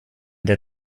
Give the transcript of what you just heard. der